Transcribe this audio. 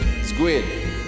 Squid